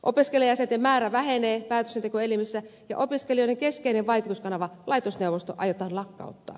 opiskelijajäsenten määrä vähenee päätöksentekoelimissä ja opiskelijoiden keskeinen vaikutuskanava laitosneuvosto aiotaan lakkauttaa